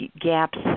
gaps